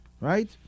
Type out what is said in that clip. right